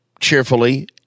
cheerfully